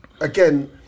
again